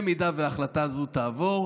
אם החלטה זו תעבור,